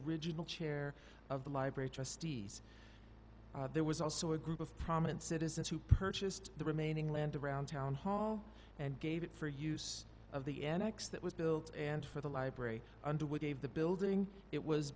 original chair of the library trustees there was also a group of prominent citizens who purchased the remaining land around town hall and gave it for use of the n x that was built and for the library under way gave the building it was